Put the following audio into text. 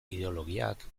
ideologiak